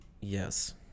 Yes